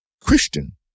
Christian